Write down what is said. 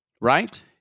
Right